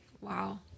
Wow